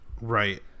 Right